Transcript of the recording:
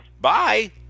Bye